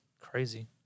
crazy